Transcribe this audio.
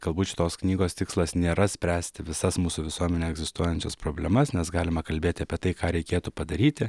galbūt šitos knygos tikslas nėra spręsti visas mūsų visuomenėj egzistuojančias problemas nes galima kalbėti apie tai ką reikėtų padaryti